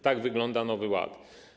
Tak wygląda Nowy Ład.